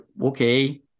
okay